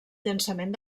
llançament